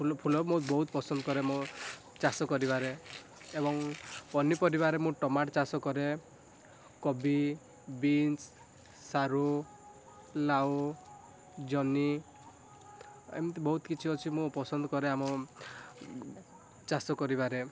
ଫୁଲ ମୁଁ ବହୁତ ପସନ୍ଦ କରେ ମୋ ଚାଷ କରିବାରେ ଏବଂ ପନିପରିବାରେ ମୁଁ ଟମାଟୋ ଚାଷ କରେ କୋବି ବିନ୍ସ ସାରୁ ଲାଉ ଜହ୍ନି ଏମତି ବହୁତ କିଛି ଅଛି ମୁଁ ପସନ୍ଦ କରେ ଆମ ଚାଷ କରିବାରେ